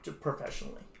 professionally